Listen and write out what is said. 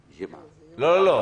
לא.